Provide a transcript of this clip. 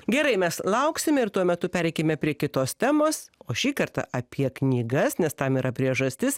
gerai mes lauksim ir tuo metu pereikime prie kitos temos o šįkart apie knygas nes tam yra priežastis